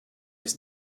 was